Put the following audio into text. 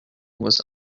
was